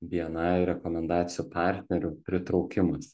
bni rekomendacijų partnerių pritraukimas